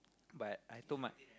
but I told my